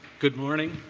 good morning.